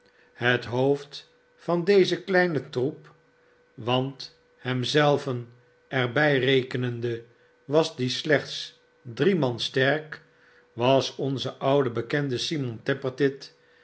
het hoofd van dezen kleinen troep want hem zelven er bij rekenende was die slechts drie man sterk was onze oude bekende simon tappertit